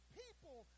people